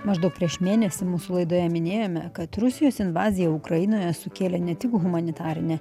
maždaug prieš mėnesį mūsų laidoje minėjome kad rusijos invazija ukrainoje sukėlė ne tik humanitarinę